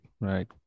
right